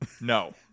No